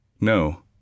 No